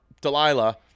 Delilah